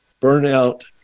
burnout